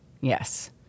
Yes